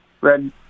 red